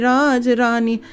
Rajrani